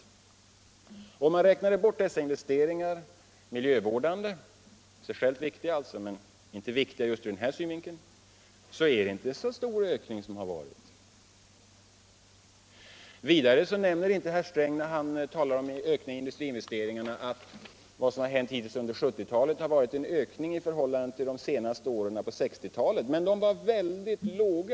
Om dessa miljövårdande investeringar, som är viktiga i och för sig men inte just ur den här synvinkeln, räknas bort, har det inte varit någon särskilt stor ökning. Vidare nämner inte herr Sträng när han talar om ökningen av industriinvesteringarna att vad som har hänt hittills under 1970-talet har varit en ökning i förhållande till industriinvesteringarna under de senaste åren på 1960-talet.